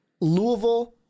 Louisville